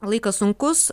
laikas sunkus